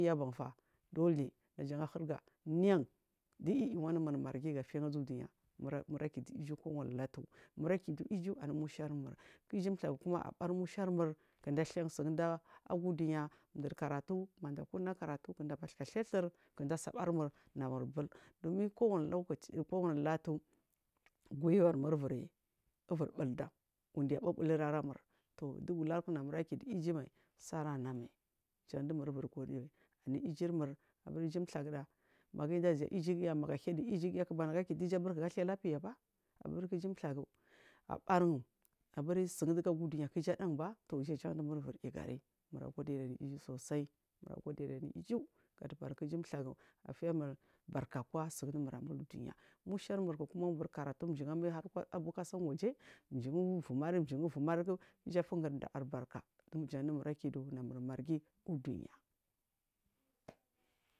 Dohi najagu huri ganiyan du yiyi mur marghi azu dunya mura kiji kowari latu mura akudu iju anu mushamur ku iju mthagu anu mushar mur kuda guri sunda agu dunya mduri karda manda kuna karatu kunda guri bathuka thirya thur kunda bathuka mbarmu namur bul niyi domin kowani latu guyuwa avur buldam wode abubulamurdan dugu ularchu saranamal jandumur ivirgu ara ijumur iju mthaguda magu indaziya iguda magu ahiyadu banagu ayugu ga athaya lapiyaba aburi ku iju mthagu abarungu ba aburi sundu gu agu abari udunya ga athiyaba jan cha dumur ivurigu ba namur agodiri anu iju sosai mura godiri anu iju barku iju mthagu iju fumur barka kwa amul dunya musharkuma ungu wur karatu har abu kasan waje mjigu uvumari mjirju uvumari iju afunguri albarka jan dumuk akudu namur marghi udunya.